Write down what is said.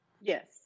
Yes